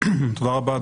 תודה רבה.